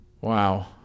Wow